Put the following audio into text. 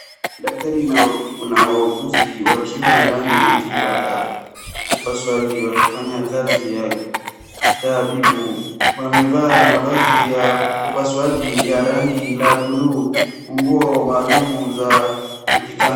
Daktari na una wauguzi wakiwa ndani ya chumba cha upasuaji wakifanya kazi ya kitabibu. Wamevaa mavazi ya upasuaji ya rangi la bluu nguo maaluma za kuji..[.]